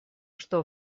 что